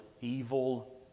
evil